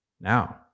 now